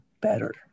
better